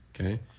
Okay